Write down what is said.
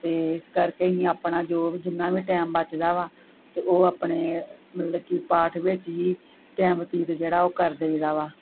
ਤੇ ਇਸ ਕਰਕੇ ਅਹੀਂ ਆਪਣਾ ਜੋ ਜਿੰਨਾ ਵੀ ਟਾਈਮ ਬਚਦਾ ਵਾ ਤੇ ਉਹ ਆਪਣੇ ਮਤਲਬ ਕੀ ਪਾਠ ਵਿੱਚ ਹੀ ਟੈਮ ਬਤੀਤ ਜਿਹੜਾ ਉਹ ਕਰ ਦੇਈਦਾ ਵਾ